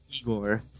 Igor